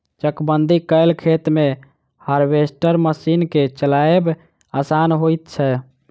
चकबंदी कयल खेत मे हार्वेस्टर मशीन के चलायब आसान होइत छै